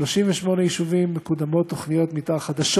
ל-38 יישובים מקודמות תוכניות מתאר חדשות